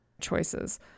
choices